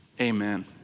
amen